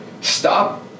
stop